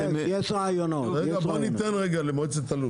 רגע בוא ניתן רגע למועצת הלול,